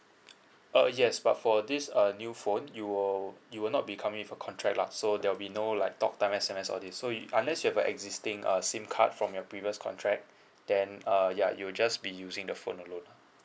uh yes but for this uh new phone you will you will not be come with a contract lah so there will be no like talk time S_M_S all this so if unless you have existing uh SIM card from your previous contract then uh ya you will just be using the phone alone